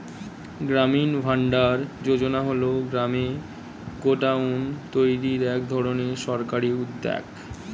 গ্রামীণ ভান্ডার যোজনা হল গ্রামে গোডাউন তৈরির এক ধরনের সরকারি উদ্যোগ